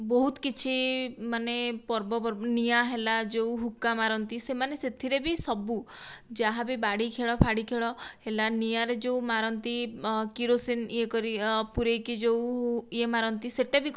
ବହୁତ କିଛି ମାନେ ପର୍ବ ପର୍ବାଣୀ ନିଆଁ ହେଲା ଯେଉଁ ହୁକ୍କା ମାରନ୍ତି ସେମାନେ ସେଥିରେ ବି ସବୁ ଯାହାବି ବାଡ଼ି ଖେଳ ଫାଡ଼ି ଖେଳ ହେଲା ନିଆଁ ରେ ଯେଉଁ ମାରନ୍ତି କିରୋସିନି ଇଏ କରିକି ପୁରେଇକି ଯେଉଁ ଇଏ ମାରନ୍ତି ସେଟା ବି କରନ୍ତି